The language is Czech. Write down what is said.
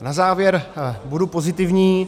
Na závěr budu pozitivní.